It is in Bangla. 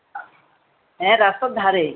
হ্যাঁ রাস্তার ধারেই